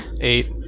Eight